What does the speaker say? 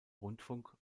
rundfunk